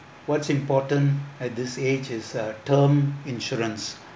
what's important at this age is uh term insurance